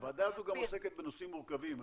הוועדה הזו גם עוסקת בנושאים מורכבים.